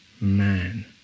man